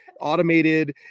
automated